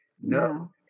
no